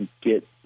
get